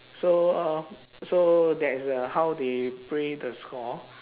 so uh so that is the how they play the score